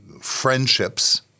friendships